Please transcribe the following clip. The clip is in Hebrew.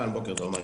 גם אתה גם הוא.